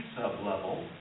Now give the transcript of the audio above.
sublevel